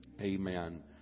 Amen